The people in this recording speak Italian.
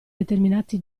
determinati